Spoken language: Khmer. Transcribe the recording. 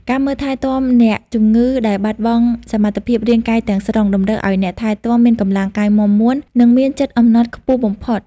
ការមើលថែទាំអ្នកជំងឺដែលបាត់បង់សមត្ថភាពរាងកាយទាំងស្រុង តម្រូវឱ្យអ្នកថែទាំមានកម្លាំងកាយមាំមួន និងមានចិត្តអំណត់ខ្ពស់បំផុត។